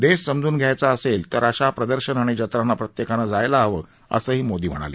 देश समजून घ्यायचा असेल तर अशा प्रदर्शन आणि जत्रांना प्रत्येकानं जायला हवं असंही मोदी म्हणाले